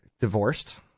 divorced